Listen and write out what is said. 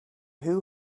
who